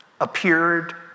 appeared